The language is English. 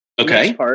Okay